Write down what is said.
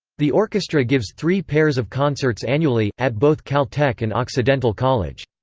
the orchestra gives three pairs of concerts annually, at both caltech and occidental college.